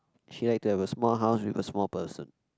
she like to have a small house with a small person